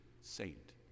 saint